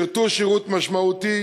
שירתו שירות משמעותי